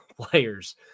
players